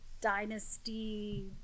dynasty